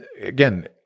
again